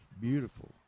beautiful